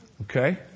Okay